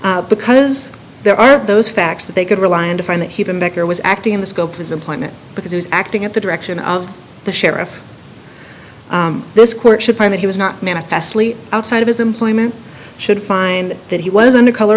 because there are those facts that they could rely on to find that he even becker was acting in the scope his employment because he was acting at the direction of the sheriff this court should find that he was not manifestly outside of his employment should find that he was under color